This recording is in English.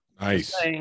Nice